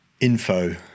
info